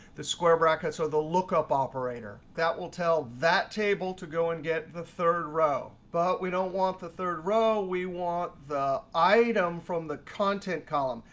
the square brackets are the lookup operator. that will tell that table to go and get the third row. but we don't want the third row. we want the item from the content column.